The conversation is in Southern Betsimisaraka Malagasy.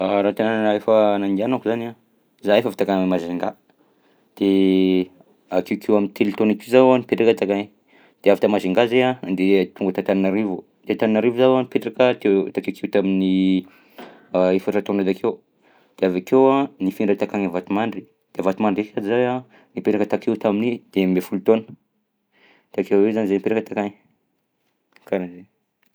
Raha tanàna efa nandianako zany a za efa avy takagny Majunga de akeokeo am'telo taona akeo zaho a nipetraka takagny de avy ta Majunga zahay a andeha tonga ta Antananarivo, ty Antananarivo zaho a nipetraka teo ho eo takeokeo tamin'ny efatra taona takeo, de avy akeo a nifindra takagnny Vatomandry, de Vatomandry ndraika zahay a nipetraka takeo tamin'ny dimy amby folo taona, takeoeo zany zahay nipetraka takagny, karahan'zay.